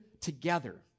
together